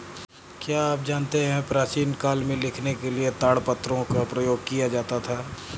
क्या आप जानते है प्राचीन काल में लिखने के लिए ताड़पत्रों का प्रयोग किया जाता था?